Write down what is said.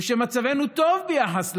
ושמצבנו טוב ביחס לעולם.